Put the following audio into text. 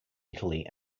italy